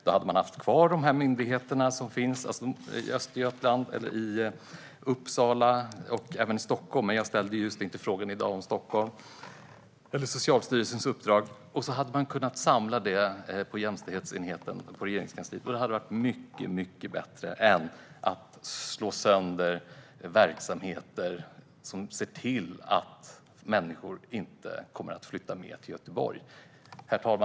Då hade man haft kvar de myndigheter som finns i Östergötland och Uppsala och även i Stockholm, även om frågan jag ställt i dag inte gäller Stockholm, och dessutom Socialstyrelsens uppdrag. Man hade kunnat samla detta på Regeringskansliets jämställdhetsenhet, och det hade varit mycket bättre än att slå sönder verksamheter och se till att människor inte flyttar med till Göteborg.